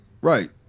right